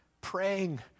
praying